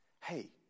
Hey